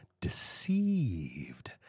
deceived